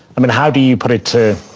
i mean, how do you put it to,